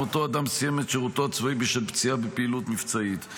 אם אותו אדם סיים את שירותו הצבאי בשל פציעה בפעילות מבצעית.